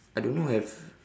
I don't know have